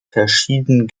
verschieden